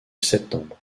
septembre